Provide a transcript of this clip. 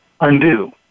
undo